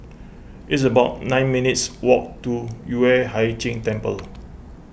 it's about nine minutes' walk to Yueh Hai Ching Temple